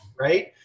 right